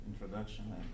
introduction